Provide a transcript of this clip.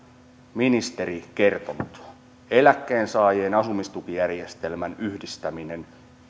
ministeri kertonut että eläkkeensaajien asumistukijärjestelmän yhdistämisestä